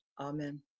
Amen